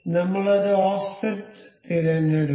നമ്മൾ ഒരു ഓഫ്സെറ്റ് തിരഞ്ഞെടുക്കും